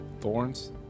Thorns